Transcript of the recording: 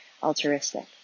altruistic